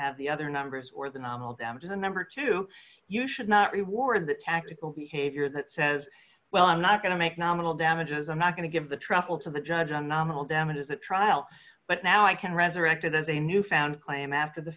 have the other numbers or the nominal damages and number two you should not reward the tactical behavior that says well i'm not going to make nominal damages i'm not going to give the travel to the judge a nominal damages at trial but now i can resurrect it as a new found claim after the